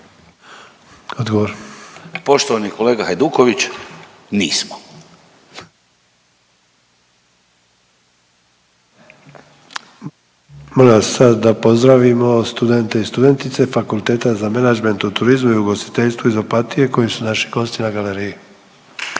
(DP)** Poštovani kolega Hajduković nismo. **Sanader, Ante (HDZ)** Molim vas sad da pozdravimo studente i studentice Fakulteta za menadžment u turizmu i ugostiteljstvu iz Opatije koji su naši gosti na galeriji.